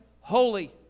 Holy